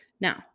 Now